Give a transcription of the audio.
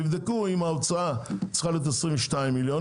תבדקו אם ההוצאה צריכה להיות 22 מיליון,